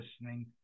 listening